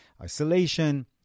isolation